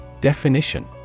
Definition